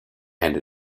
and